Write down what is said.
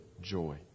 joy